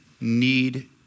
need